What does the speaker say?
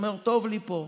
הוא אומר: טוב לי פה.